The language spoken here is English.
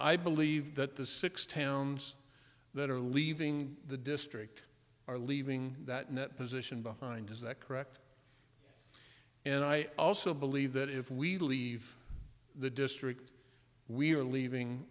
i believe that the six towns that are leaving the district are leaving that net position behind is that correct and i also believe that if we leave the district we are leaving